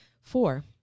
Four